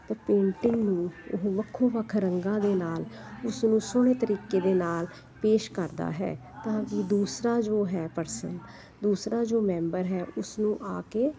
ਤਾਂ ਪੇਂਟਿੰਗ ਨੂੰ ਉਹ ਵੱਖੋ ਵੱਖ ਰੰਗਾਂ ਦੇ ਨਾਲ ਉਸਨੂੰ ਸੋਹਣੇ ਤਰੀਕੇ ਦੇ ਨਾਲ ਪੇਸ਼ ਕਰਦਾ ਹੈ ਤਾਂ ਕਿ ਦੂਸਰਾ ਜੋ ਹੈ ਪਰਸਨ ਦੂਸਰਾ ਜੋ ਮੈਂਬਰ ਹੈ ਉਸਨੂੰ ਆ ਕੇ